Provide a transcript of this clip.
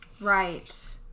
Right